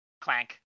Clank